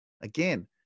Again